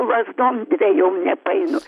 lazdom dviejom nepaeinu